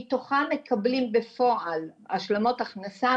מתוכם מקבלים השלמות הכנסה בפועל,